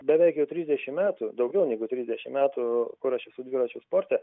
beveik jau trisdešimt metų daugiau negu trisdešimt metų kur aš esu dviračių sporte